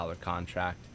contract